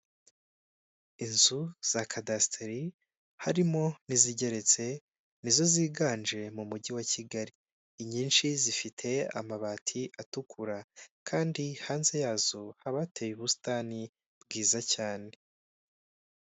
Inzu za kadasiteri harimo n'izigeretse, ni zo ziganje mu mujyi wa Kigali. Inyinshi zifite amabati atukura kandi hanze yazo haba hateye ubusitani bwiza cyane.